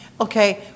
okay